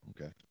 okay